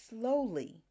slowly